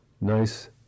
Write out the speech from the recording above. nice